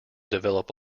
develop